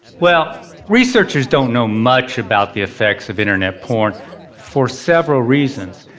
well, researchers don't know much about the effects of internet porn for several reasons.